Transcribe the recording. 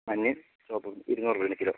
മഞ്ഞയും ചുവപ്പും ഇരുന്നൂറ് രൂപയാണെ കിലോ